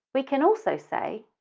we can also say,